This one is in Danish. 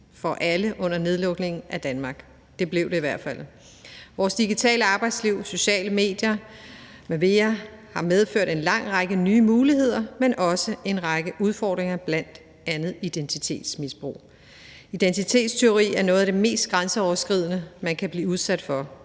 effektiv, er tydeligt for alle. Det blev det i hvert fald. Vores digitale arbejdsliv, sociale medier m.v. har medført en lang række nye muligheder, men også en række udfordringer, bl.a. identitetsmisbrug. Identitetstyveri er noget af det mest grænseoverskridende, man kan blive udsat for.